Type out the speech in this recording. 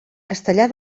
castellar